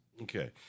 okay